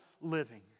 living